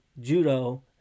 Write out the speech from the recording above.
judo